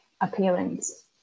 appearance